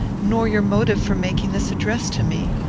nor your motive for making this address to me.